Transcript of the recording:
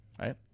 Right